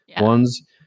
ones